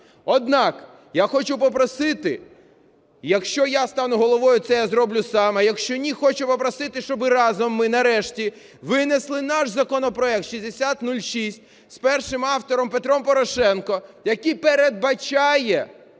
Однак я хочу попросити. Якщо я стану Головою, це я зроблю сам, а якщо ні – хочу попросити, щоб разом ми нарешті винесли наш законопроект 6006 з першим автором Петром Порошенком, який передбачає